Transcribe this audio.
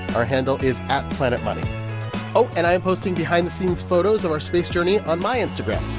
our handle is at planetmoney. oh, and i am posting behind-the-scenes photos of our space journey on my instagram,